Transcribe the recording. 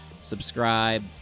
subscribe